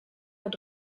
mit